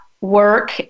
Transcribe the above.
work